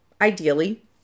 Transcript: ideally